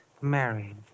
married